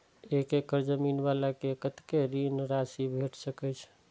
एक एकड़ जमीन वाला के कतेक ऋण राशि भेट सकै छै?